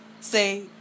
say